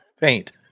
paint